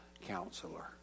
counselor